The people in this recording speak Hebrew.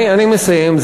אני מסיים.